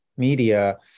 Media